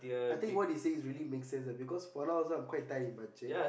I think what he says is really make sense because for now also I'm quite tight in budget